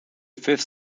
fifth